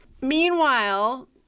Meanwhile